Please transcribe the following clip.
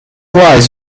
lies